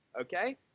okay